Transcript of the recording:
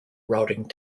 routing